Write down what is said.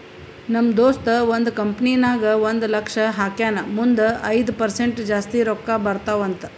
ನಮ್ ದೋಸ್ತ ಒಂದ್ ಕಂಪನಿ ನಾಗ್ ಒಂದ್ ಲಕ್ಷ ಹಾಕ್ಯಾನ್ ಮುಂದ್ ಐಯ್ದ ಪರ್ಸೆಂಟ್ ಜಾಸ್ತಿ ರೊಕ್ಕಾ ಬರ್ತಾವ ಅಂತ್